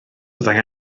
byddai